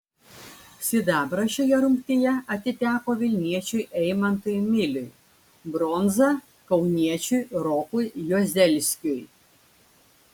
sidabras šioje rungtyje atiteko vilniečiui eimantui miliui bronza kauniečiui rokui juozelskiui